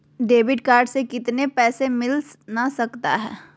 Debit card से कितने पैसे मिलना सकता हैं?